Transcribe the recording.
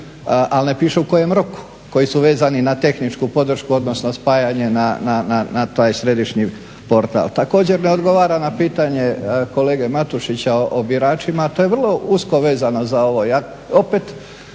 ali ne piše u kojem roku, koji su vezani na tehničku podršku odnosno spajanje na taj središnji portal. Također, ne odgovara na pitanje kolege Matušića o biračima, a to je vrlo usko vezano za ovo.